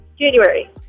January